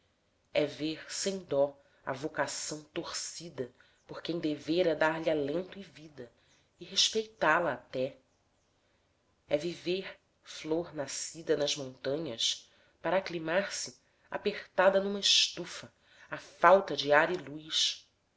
é ver sem dó a vocação torcida por quem devera dar-lhe alento e vida e respeitá la até é viver flor nascida nas montanhas para aclimar se apertada numa estufa à falta de ar e luz